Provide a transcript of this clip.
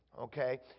Okay